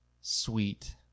Sweet